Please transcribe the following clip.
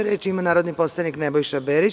Reč ima narodni poslanik Nebojša Berić.